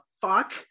fuck